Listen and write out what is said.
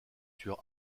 sur